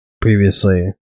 previously